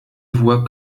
voit